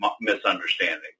misunderstanding